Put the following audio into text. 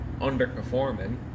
underperforming